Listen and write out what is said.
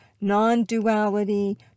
non-duality